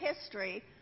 history